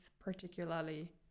particularly